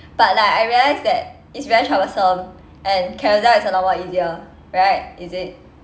but like I realised that it's very troublesome and carousell is a lot more easier right is it